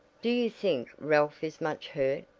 do you think ralph is much hurt?